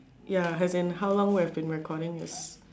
ya has in how long we have been recording this